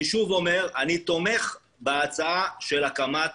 אני שוב אומר שאני תומך בהצעה של הקמת